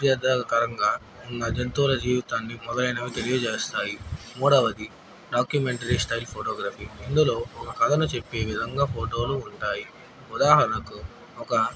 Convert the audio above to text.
అబ్యర్ధకరంగా ఉన్న జంతువుల జీవితాన్ని మొదలైనవి తెలియజేస్తాయి మూడవది డాక్యుమెంటరీ స్టైల్ ఫోటోగ్రఫీ ఇందులో ఒక కథను చెప్పే విధంగా ఫోటోలు ఉంటాయి ఉదాహరణకు ఒక